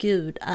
Gud